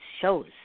shows